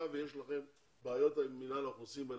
ויש לכם בעיות עם רשות האוכלוסין.